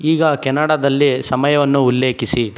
ಈಗ ಕೆನಡದಲ್ಲಿ ಸಮಯವನ್ನು ಉಲ್ಲೇಖಿಸಿ